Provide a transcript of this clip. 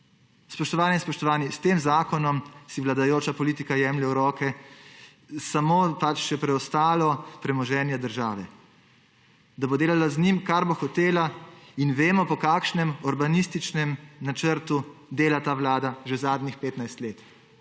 Spoštovane in spoštovani, s tem zakonom si vladajoča politika jemlje v roke samo še preostalo premoženje države, da bo delala z njim, kar bo hotela. In vemo, po kakšnem orbanističnem načrtu dela ta Vlada že zadnjih